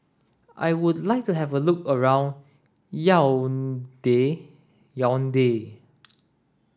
I would like to have a look around Yaounde